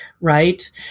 right